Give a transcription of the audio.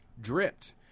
dripped